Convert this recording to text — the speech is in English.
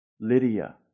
Lydia